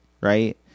right